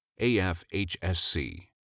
AFHSC